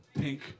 pink